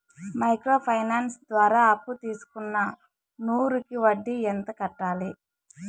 Micro finance ద్వారా అప్పును తీసుకున్న నూరు కి వడ్డీ ఎంత కట్టాలి?